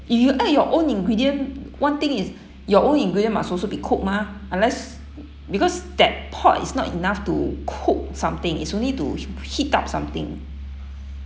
if you add your own ingredient one thing is your own ingredient must also be cooked mah unless because that pot is not enough to cook something is only to h~ heat up something